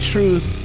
Truth